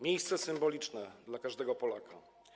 Miejsce symboliczne dla każdego Polaka.